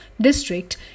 district